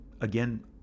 Again